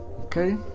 okay